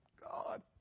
God